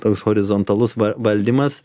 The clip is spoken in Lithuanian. toks horizontalus valdymas